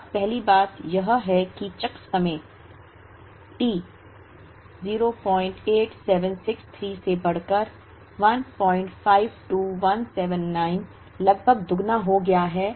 अब पहली बात यह है कि चक्र समय T 08763 से बढ़कर 152179 लगभग दोगुना हो गया है